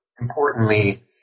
importantly